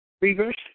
reverse